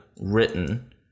written